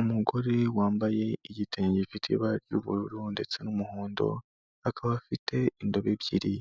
Umugore wambaye igitenge gifite ibara ry'ubururu ndetse n'umuhondo, akaba afite indobo ebyiri,